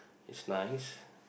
it's nice